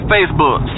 Facebook